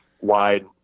wide